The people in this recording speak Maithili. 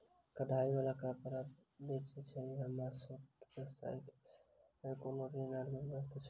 कढ़ाई वला कापड़ बेचै छीयै की हमरा छोट व्यवसाय केँ लेल कोनो ऋण वा लोन व्यवस्था छै?